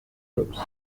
groups